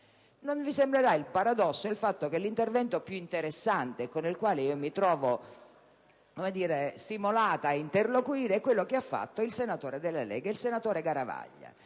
Non vi sembrerà un paradosso il fatto che l'intervento più interessante e con il quale mi trovo stimolata a interloquire è quello svolto dal senatore della Lega Massimo Garavaglia,